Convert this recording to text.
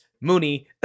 Mooney